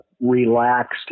relaxed